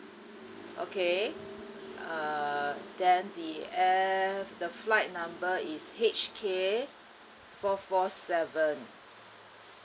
okay uh then the air the flight number is H K four four seven